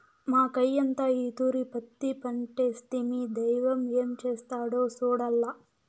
మాకయ్యంతా ఈ తూరి పత్తి పంటేస్తిమి, దైవం ఏం చేస్తాడో సూడాల్ల